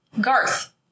Garth